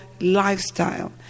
lifestyle